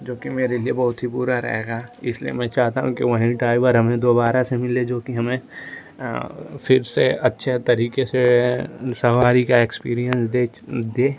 जो कि मेरे लिए बहुत बुरा रहेगा इसलिए मैं चाहता हूँ कि वही ड्राइवर हमें दोबारा से मिले जो कि हमें फिर से अच्छी तरीके से सवारी का एक्सपीरिएन्स दे